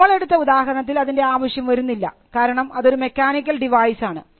നമ്മൾ എടുത്ത ഉദാഹരണത്തിൽ അതിൻറെ ആവശ്യം വരുന്നില്ല കാരണം അതൊരു മെക്കാനിക്കൽ ഡിവൈസ് ആണ്